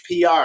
PR